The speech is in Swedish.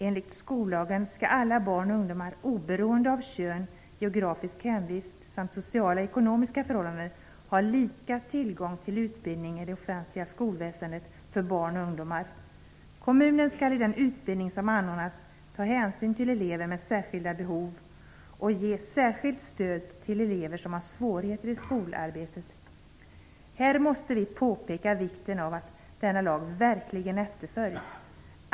Enligt skollagen skall alla barn och ungdomar, oberoende av kön, geografisk hemvist samt sociala och ekonomiska förhållanden ha lika tillgång till utbildning i det offentliga skolväsendet för barn och ungdomar. Kommunen skall i den utbildning som anordnas ta hänsyn till elever med särskilda behov och ge särskilt stöd till elever som har svårigheter i skolarbetet. Här måste vi påpeka vikten av att denna lag verkligen efterföljs.